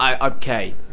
Okay